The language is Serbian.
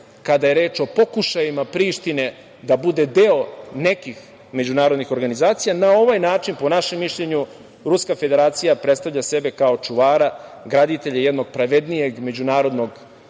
kada je reč o pokušajima Prištine da bude deo nekih međunarodnih organizacija. Na ovaj način po našem mišljenju Ruska Federacija predstavlja sebe kao čuvara, graditelja jednog pravednijeg međunarodnog poretka